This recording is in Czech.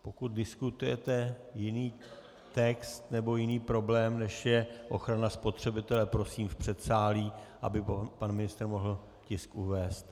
Pokud diskutujete jiný text nebo jiný problém, než je ochrana spotřebitele, prosím v předsálí, aby pan ministr mohl tisk uvést.